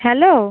hello